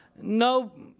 no